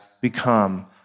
become